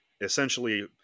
essentially